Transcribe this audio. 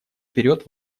вперед